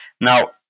Now